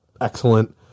excellent